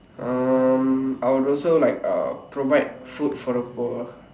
um I would also like uh provide food for the poor